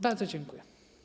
Bardzo dziękuję.